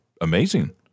amazing